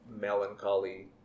melancholy